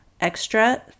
extra